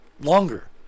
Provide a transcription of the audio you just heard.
longer